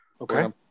okay